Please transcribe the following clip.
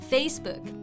Facebook